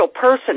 person